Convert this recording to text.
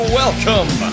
welcome